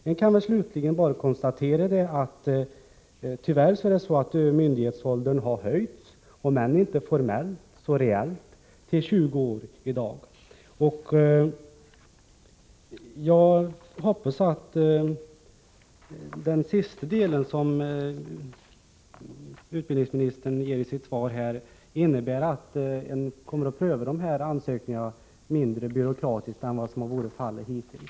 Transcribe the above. Jag kan slutligen bara konstatera att myndighetsåldern tyvärr har höjts, om än inte formellt så reellt, till 20 år. Jag hoppas att det utbildningsministern säger i sista avsnittet av sitt svar innebär att man kommer att pröva ansökningarna mindre byråkratiskt än som varit fallet hittills.